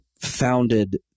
founded